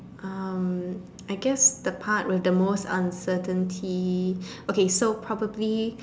um I guess the part with the most uncertainty okay so probably